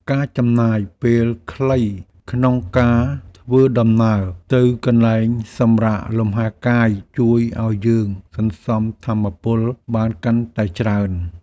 ការចំណាយពេលខ្លីក្នុងការធ្វើដំណើរទៅកន្លែងសម្រាកលំហែកាយជួយឱ្យយើងសន្សំថាមពលបានកាន់តែច្រើន។